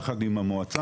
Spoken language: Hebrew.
יחד עם המועצה,